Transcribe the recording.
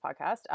podcast